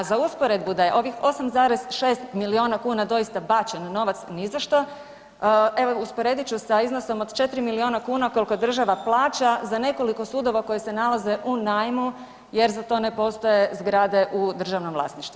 A za usporedbu da je ovih 8,6 milijuna kuna doista bačen novac ni za što evo usporedit ću sa iznosom od 4 milijuna kuna koliko država plaća za nekoliko sudova koji se nalaze u najmu jer za to postoje zgrade u državnom vlasništvu.